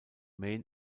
maine